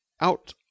out